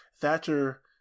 Thatcher